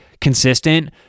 consistent